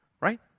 right